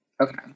okay